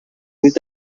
with